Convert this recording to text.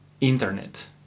internet